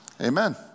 Amen